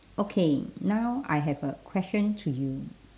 okay now I have a question to you